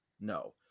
no